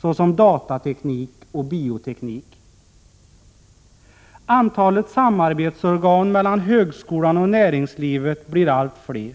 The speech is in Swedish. såsom datateknik och bioteknik. Antalet samarbetsorgan mellan högskolan och näringslivet blir allt fler.